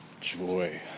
joy